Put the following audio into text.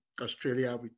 Australia